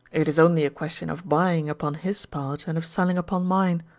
it is only a question of buying upon his part and of selling upon mine.